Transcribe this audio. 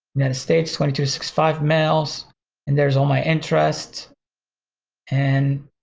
united states, twenty two to sixty five males and there's all my interest and